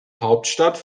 hauptstadt